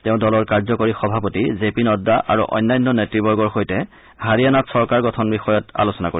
তেওঁ দলৰ কাৰ্যকৰী সভাপতি জে পি নড্ডা আৰু অন্যান্য নেত়বৰ্গৰ সৈতে হাৰিয়ানাত চৰকাৰ গঠন বিষয়ত আলোচনা কৰিব